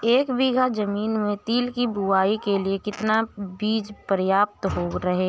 एक बीघा ज़मीन में तिल की बुआई के लिए कितना बीज प्रयाप्त रहेगा?